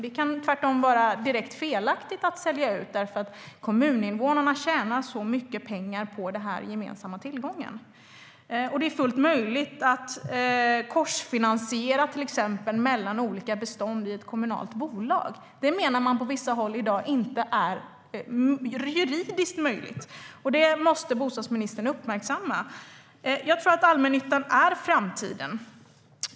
Det kan tvärtom vara direkt felaktigt att sälja ut, eftersom kommuninvånarna tjänar mycket pengar på den gemensamma tillgången. Det är fullt möjligt att till exempel korsfinansiera mellan olika bestånd i ett kommunalt bolag. På vissa håll menar man att det inte är juridiskt möjligt. Det måste bostadsministern uppmärksamma. Jag tror att allmännyttan är framtiden.